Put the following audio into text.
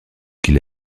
qu’il